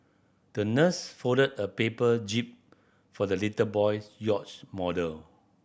the nurse folded a paper jib for the little boy's yacht model